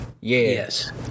yes